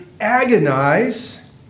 agonize